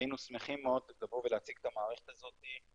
והיינו שמחים מאוד לבוא ולהציג את המערכת הזאת.